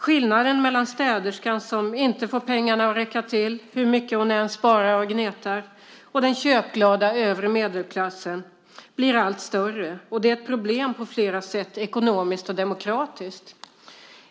Skillnaden mellan städerskan som inte får pengarna att räcka till hur mycket hon än sparar och gnetar och den köpglada övre medelklassen blir allt större, och det är ett problem på flera sätt, ekonomiskt och demokratiskt.